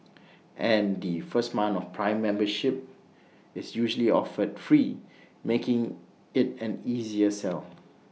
and the first month of prime membership is usually offered free making IT an easier sell